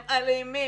הם אלימים.